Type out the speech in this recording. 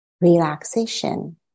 relaxation